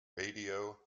radio